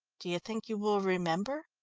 do you think you will remember?